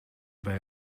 bij